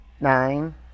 nine